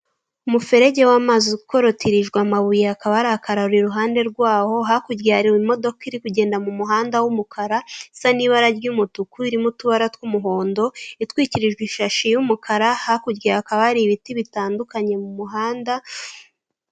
Umuferege w'amazi ukorotirijwe amabuye hakaba hari akararo iruhande rwawo, hakurya hari imodoka irikugenda mu muhanda w'umukara, isa n'ibara ry'umutuku, irimo utubara tw'umuhondo, itwikirijwe ishashi y'umukara hakurya hakaba hari ibiti bitandukanye mu muhanda.